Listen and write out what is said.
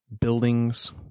buildings